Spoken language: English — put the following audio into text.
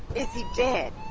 is he dead?